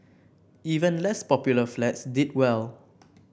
even less popular flats did well